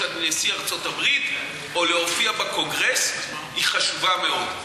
נשיא ארצות-הברית או להופיע בקונגרס היא חשובה מאוד.